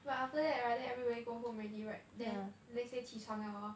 but after that right then everybody go home already right then let's say 起床 liao hor